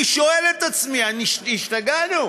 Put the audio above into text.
אני שואל את עצמי: השתגענו?